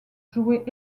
jouée